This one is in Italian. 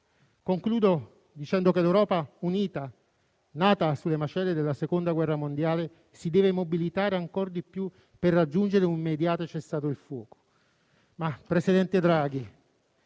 Concludo dicendo che l'Europa unita, nata sulle macerie della seconda guerra mondiale, si deve mobilitare ancor di più per raggiungere un immediato cessate il fuoco. Ma, signor presidente Draghi,